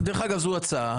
דרך אגב, זו הצעה.